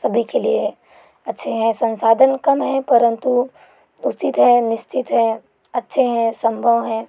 सभी के लिए अच्छे हैं संसाधन कम हैं परंतु उचित है निश्चित है अच्छे हैं संभव है